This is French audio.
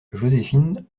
joséphine